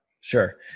sure